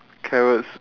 carrots